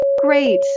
Great